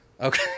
Okay